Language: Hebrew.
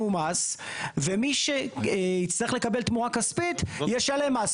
ומי שיצטרך לקבל תמורה כספית, ישלם מס.